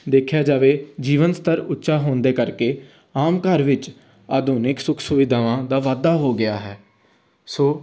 ਦੇਖਿਆ ਜਾਵੇ ਜੀਵਨ ਸਥਰ ਉੱਚਾ ਹੋਣ ਦੇ ਕਰਕੇ ਆਮ ਘਰ ਵਿੱਚ ਆਧੁਨਿਕ ਸੁੱਖ ਸੁਵਿਧਾਵਾਂ ਦਾ ਵਾਧਾ ਹੋ ਗਿਆ ਹੈ ਸੋ